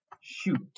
shoot